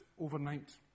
overnight